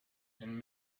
and